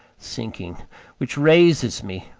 sinking which raises me,